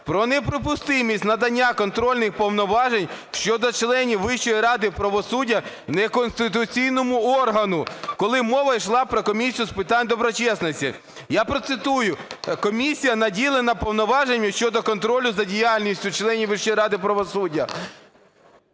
про неприпустимість надання контрольних повноважень щодо членів Вищої ради правосуддя неконституційному органу, коли мова йшла про Комісію з питань доброчесності. Я процитую: "Комісія наділена повноваженнями щодо контролю за діяльністю членів Вищої ради правосуддя".